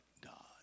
God